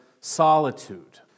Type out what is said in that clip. solitude